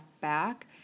back